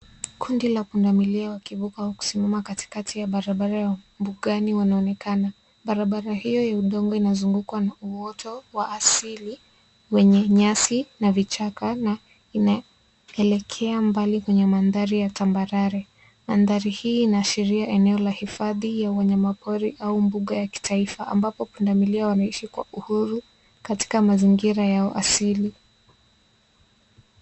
Kundi la pundamilia wakivuka au kusimama katikati ya barabara ya mbugani wanaonekana. Barabara hiyo ya udongo inazungukwa na uoto wa asili wenye nyasi na vichaka na inaelekea mbali kwenye mandhari ya tambarare. Mandhari hii inaashiria eneo la hifadhi ya wanyama pori au mbuga ya kitaifa ambapo pundamilia wanaishi kwa uhuru katika mazingira yao asili.